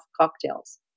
cocktails